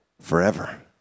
forever